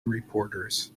reporters